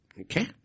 Okay